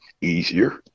easier